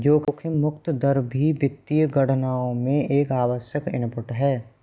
जोखिम मुक्त दर भी वित्तीय गणनाओं में एक आवश्यक इनपुट है